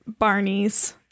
Barneys